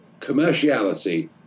commerciality